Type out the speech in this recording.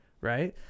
right